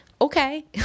okay